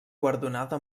guardonada